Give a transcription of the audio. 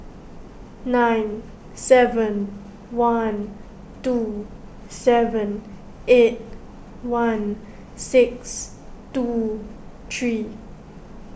nine seven one two seven eight one six two three